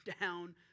down